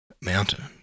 mountain